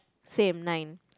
same nine